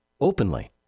openly